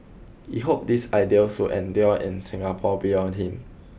he hoped these ideals would endure in Singapore beyond him